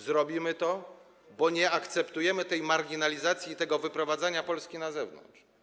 Zrobimy to, bo nie akceptujemy tej marginalizacji i tego wyprowadzania Polski na zewnątrz.